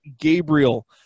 Gabriel